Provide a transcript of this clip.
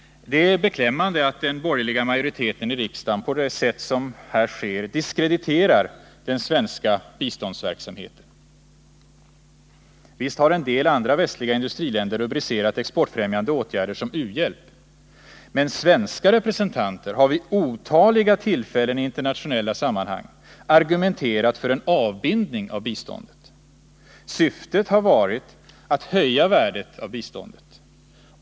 Det är beklämmande att den borgerliga majoriteten i riksdagen på det sätt som här sker diskrediterar den svenska biståndsverksamheten. Visst har en del andra västliga industriländer rubricerat exportfrämjande åtgärder som u-hjälp, men svenska representanter har vid otaliga tillfällen i internationella sammanhang argumenterat för en avbindning av biståndet. Syftet har varit att höja värdet av biståndet.